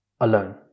alone